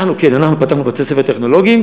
אנחנו פתחנו בתי-ספר טכנולוגיים,